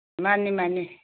ꯃꯥꯅꯦ ꯃꯥꯅꯦ